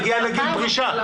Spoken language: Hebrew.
הוא הגיע לגיל פרישה.